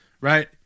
right